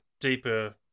deeper